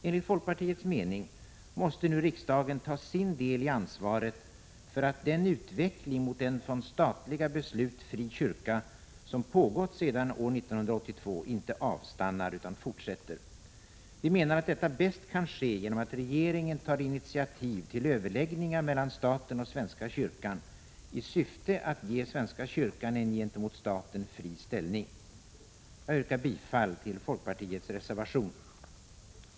Enligt folkpartiets mening måste nu riksdagen ta sin del i ansvaret för att den utveckling mot en från statliga beslut fri kyrka som pågått sedan år 1982 inte avstannar utan fortsätter. Vi menar att detta bäst kan ske genom att regeringen tar initiativ till överläggningar mellan staten och svenska kyrkan i syfte att ge svenska kyrkan en gentemot staten fri ställning. Jag yrkar bifall till folkpartiets reservation.